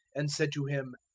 and said to him,